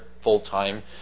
full-time